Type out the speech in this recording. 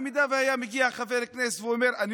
במידה שהיה מגיע חבר כנסת ואומר: אני